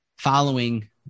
Following